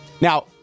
Now